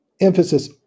emphasis